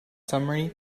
summary